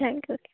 thank you